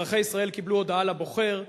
אזרחי ישראל קיבלו הודעה לבוחר,